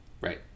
Right